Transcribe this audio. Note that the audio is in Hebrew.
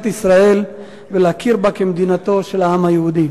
ישראל ולהכיר בה כמדינתו של העם היהודי.